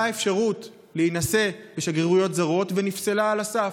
אפשרות להינשא בשגרירויות זרות ונפסלה על הסף.